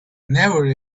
never